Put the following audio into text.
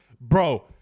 Bro